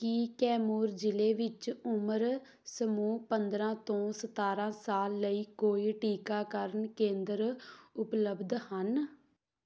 ਕੀ ਕੈਮੂਰ ਜ਼ਿਲ੍ਹੇ ਵਿੱਚ ਉਮਰ ਸਮੂਹ ਪੰਦਰਾਂ ਤੋਂ ਸਤਾਰਾਂ ਸਾਲ ਲਈ ਕੋਈ ਟੀਕਾਕਰਨ ਕੇਂਦਰ ਉਪਲਬਧ ਹਨ